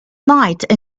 night